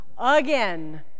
again